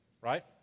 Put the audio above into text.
right